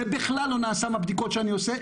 זה בכלל לא נעשה מהבדיקות שאני עושה,